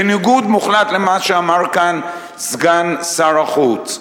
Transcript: בניגוד מוחלט למה שאמר כאן סגן שר החוץ.